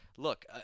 Look